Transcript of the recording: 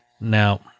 Now